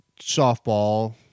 softball